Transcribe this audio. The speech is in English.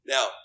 Now